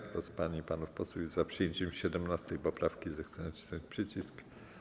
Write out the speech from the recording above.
Kto z pań i panów posłów jest za przyjęciem 17. poprawki, zechce nacisnąć przycisk.